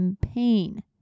pain